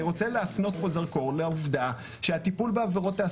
אני רוצה להפנות פה זרקור לעובדה שהטיפול בעבירות ההסתה